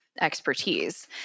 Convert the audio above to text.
expertise